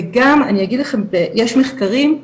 וגם אני אגיד לכם, יש מחקרים,